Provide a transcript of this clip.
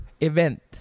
event